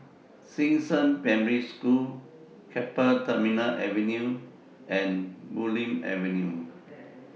Xishan Primary School Keppel Terminal Avenue and Bulim Avenue